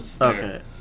Okay